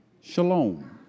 shalom